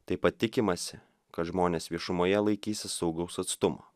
taip pat tikimasi kad žmonės viešumoje laikysis saugaus atstumo